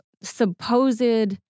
supposed